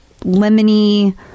lemony